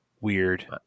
Weird